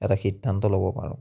এটা সিদ্ধান্ত ল'ব পাৰোঁ